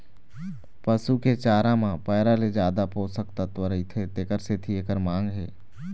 पसू के चारा म पैरा ले जादा पोषक तत्व रहिथे तेखर सेती एखर मांग हे